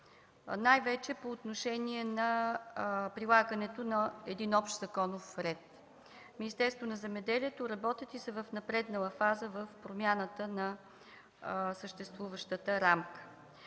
най-вече по отношение прилагането на общ законов ред. Министерството на земеделието и храните работи и е в напреднала фаза промяната на съществуващата рамка.